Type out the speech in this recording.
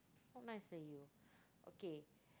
not nice eh you okay